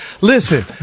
Listen